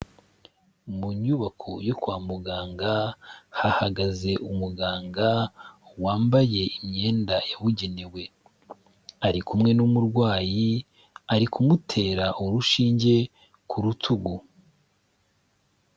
Mu nyubako yo kwa muganga, hahagaze umuganga wambaye imyenda yabugenewe, ari kumwe n'umurwayi, ari kumutera urushinge ku rutugu.